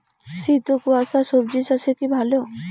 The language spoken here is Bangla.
শীত ও কুয়াশা স্বজি চাষে কি ভালো?